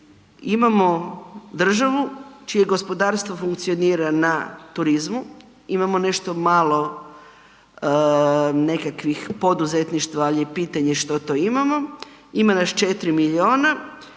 imamo državu čije gospodarstvo funkcionira na turizmu, imamo nešto malo nekakvih poduzetništva, ali je pitanje što to imamo, ima nas 4 milijuna,